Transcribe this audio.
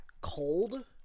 cold